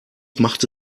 machte